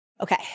Okay